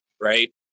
right